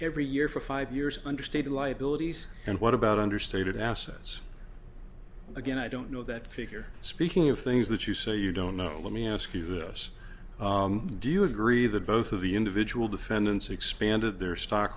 every year for five years understated liabilities and what about understated assets again i don't know that figure speaking of things that you say you don't know let me ask you this do you agree that both of the individual defendants expanded their stock